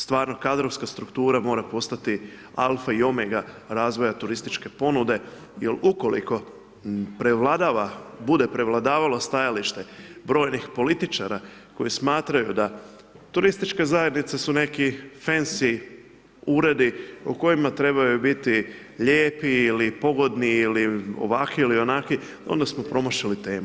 Stvarno, kadrovska struktura mora postati alfa i omega razvoja turističke ponude, jer ukoliko prevladava, bude prevladavalo stajalište brojnih političara koji smatraju da turističke zajednice su neki fensi uredi, u kojima trebaju biti lijepi ili pogodni ili ovakvi ili onakvi onda smo promašili temu.